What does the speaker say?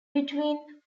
between